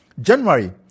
January